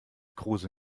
kruse